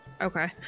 Okay